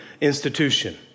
institution